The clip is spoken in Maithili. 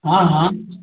हँ हँ